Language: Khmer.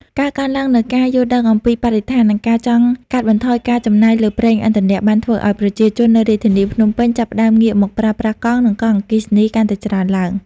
ការកើនឡើងនូវការយល់ដឹងអំពីបរិស្ថាន និងការចង់កាត់បន្ថយការចំណាយលើប្រេងឥន្ធនៈ បានធ្វើឱ្យប្រជាជននៅរាជធានីភ្នំពេញចាប់ផ្តើមងាកមកប្រើប្រាស់កង់ និងកង់អគ្គិសនីកាន់តែច្រើនឡើង។